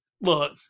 look